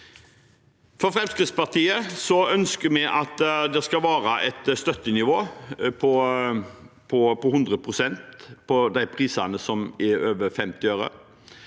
For Fremskrittspartiets del ønsker vi at det skal være et støttenivå på 100 pst. på de prisene som er over 50 øre.